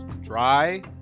dry